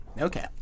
Okay